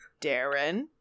Darren